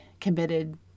committed